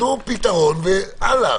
תנו פתרון והלאה.